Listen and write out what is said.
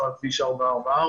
שריפה בכביש 44,